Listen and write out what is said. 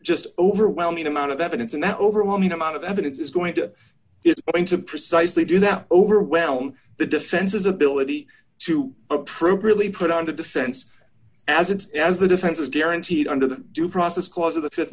just overwhelming amount of evidence and that overwhelming amount of evidence is going to it's going to precisely do that overwhelm the defense's ability to appropriately put on the defense as it as the defense is guaranteed under the due process clause of the